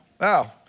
Wow